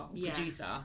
producer